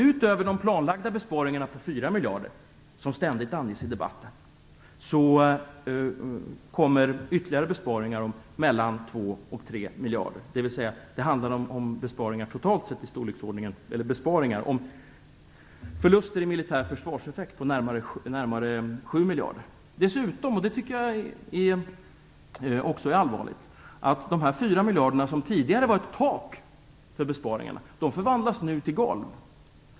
Utöver de planlagda besparingarna på 4 miljarder som ständigt anges i debatten kommer ytterligare besparingar på mellan 2 och 3 miljarder. Det handlar totalt sett om förluster i militär försvarseffekt på närmare 7 miljarder. Dessutom - det tycker jag också är allvarligt - förvandlas de 4 miljarder som tidigare var "tak" för besparingarna till "golv".